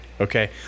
okay